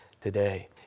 today